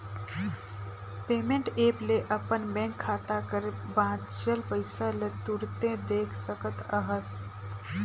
payment app ले अपन bank खाता कर बांचल पइसा ल तुरते देख सकत अहस